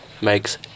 makes